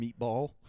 meatball